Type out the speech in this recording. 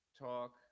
talk